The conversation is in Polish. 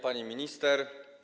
Pani Minister!